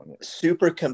Super